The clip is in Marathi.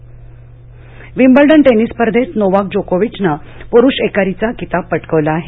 टेनिस विम्बल्डन टेनिस स्पर्धेत नोवाक जोकोविचनं पुरुष एकेरीचा किताब पटकावला आहे